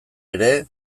ere